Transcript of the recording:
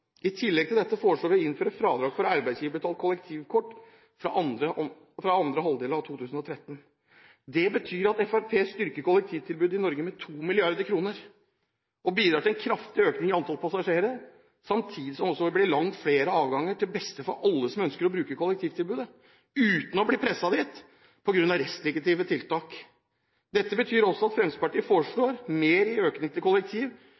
I tillegg foreslår vi å innføre fradrag for arbeidsgiverbetalt kollektivkort fra andre halvdel av 2013. Det betyr at Fremskrittspartiet styrker kollektivtilbudet i Norge med 2 mrd. kr og bidrar til en kraftig økning i antall passasjerer, samtidig som det vil bli langt flere avganger, til beste for alle som ønsker å bruke kollektivtilbudet – uten å bli presset dit på grunn av restriktive tiltak. Dette betyr også at Fremskrittspartiet foreslår mer i økning til